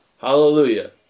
Hallelujah